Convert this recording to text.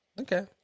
okay